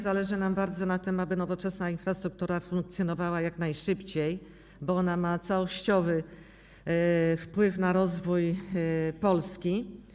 Zależy nam bardzo na tym, aby nowoczesna infrastruktura funkcjonowała jak najszybciej, bo ona ma całościowy wpływ na rozwój Polski.